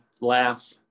laugh